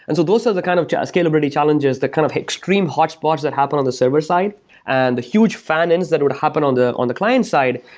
and those are the kind of scalability challenges that kind of extreme hotpots that happen on the server side and the huge fan-ins that would happen on the on the client side,